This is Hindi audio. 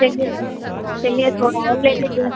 चलिए चलिए थोड़ा और ले लीजिए